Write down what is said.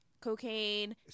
cocaine